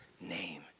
name